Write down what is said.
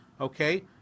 okay